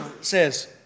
says